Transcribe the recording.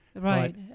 Right